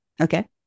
Okay